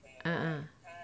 ah